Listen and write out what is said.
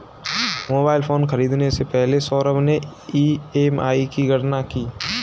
mobile phone खरीदने से पहले सौरभ ने ई.एम.आई की गणना की